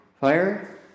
Fire